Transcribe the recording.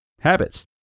habits